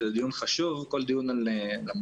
זה דיון חשוב כל דיון על המורים,